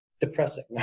depressing